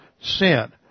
sin